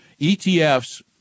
ETFs